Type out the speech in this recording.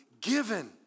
given